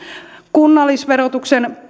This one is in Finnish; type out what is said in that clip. kunnallisverotuksen